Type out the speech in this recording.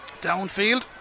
downfield